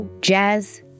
Jazz